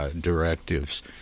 directives